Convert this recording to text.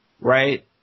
right